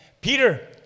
Peter